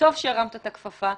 טוב שהרמת את הכפפה.